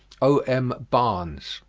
o m. barnes.